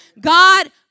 God